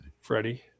freddie